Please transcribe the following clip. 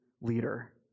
leader